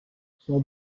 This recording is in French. son